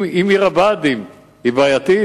אם עיר הבה"דים היא בעייתית,